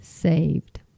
saved